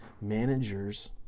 managers